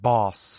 Boss